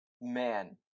man